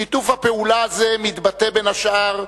שיתוף הפעולה הזה מתבטא, בין השאר,